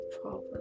problem